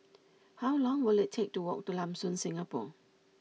how long will it take to walk to Lam Soon Singapore